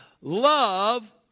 love